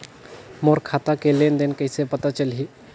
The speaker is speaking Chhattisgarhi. मोर खाता के लेन देन कइसे पता चलही?